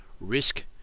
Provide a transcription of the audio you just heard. risk